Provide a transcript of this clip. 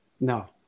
no